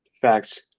Facts